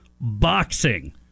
Boxing